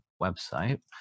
website